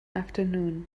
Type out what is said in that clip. afternoon